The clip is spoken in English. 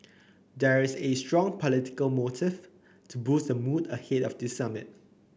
there is a strong political motive to boost the mood ahead of the summit